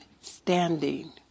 standing